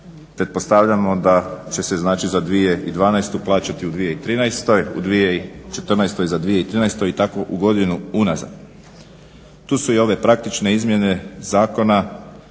Pretpostavljamo da će se znači za 2012. plaćati u 2013., u 2014. za 2013. i tako godinu unazad. Tu su i ove praktične izmjene zakona